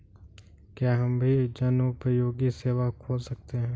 क्या हम भी जनोपयोगी सेवा खोल सकते हैं?